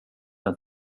den